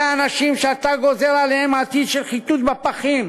אלה האנשים שאתה גוזר עליהם עתיד של חיטוט בפחים,